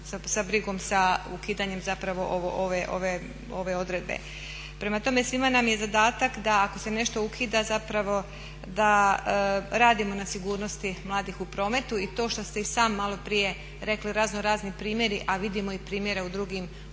sa brigom, sa ukidanjem zapravo ove odredbe. Prema tome, svima nam je zadatak da ako se nešto ukida zapravo da radimo na sigurnosti mladih u prometu. I to što ste i sam maloprije rekli, raznorazni primjeri a vidimo i primjere u drugim državama